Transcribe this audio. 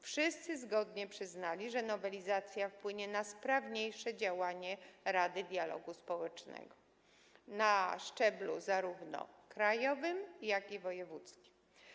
Wszyscy zgodnie przyznali, że nowelizacja wpłynie na sprawniejsze działanie Rady Dialogu Społecznego na szczeblu zarówno krajowym, jak i wojewódzkim.